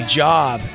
job